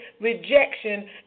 rejection